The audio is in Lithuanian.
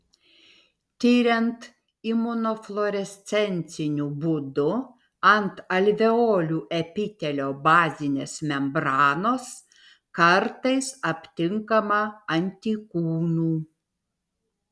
tiriant imunofluorescenciniu būdu ant alveolių epitelio bazinės membranos kartais aptinkama antikūnų